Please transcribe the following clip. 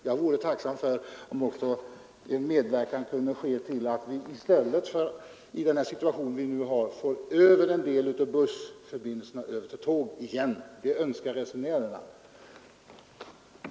Jag vore tacksam om kommunikationsministern också ville medverka till att vi i den situation som nu råder kunde föra över en del av den här trafiken från buss till tåg igen. Det önskar nämligen resenärerna.